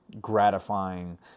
gratifying